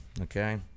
okay